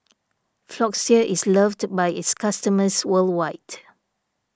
Floxia is loved by its customers worldwide